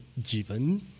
Jivan